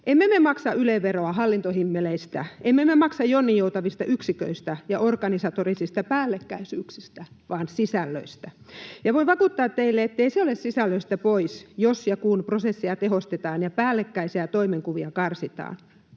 Emme me maksa Yle-veroa hallintohimmeleistä, emme me maksa jonninjoutavista yksiköistä ja organisatorisista päällekkäisyyksistä vaan sisällöistä. Ja voin vakuuttaa teille, ettei se ole sisällöistä pois, jos ja kun prosesseja tehostetaan ja päällekkäisiä toimenkuvia karsitaan,